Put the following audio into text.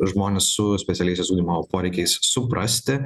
žmones su specialiaisiais ugdymo poreikiais suprasti